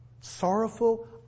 Sorrowful